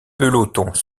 pelotons